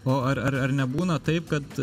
o ar ar ar nebūna taip kad